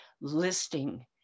listing